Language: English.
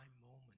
moment